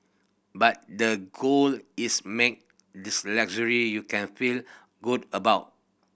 but the goal is make this luxury you can feel good about